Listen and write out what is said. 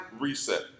reset